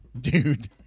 Dude